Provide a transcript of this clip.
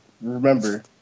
remember